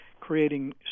creating